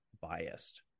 biased